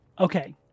Okay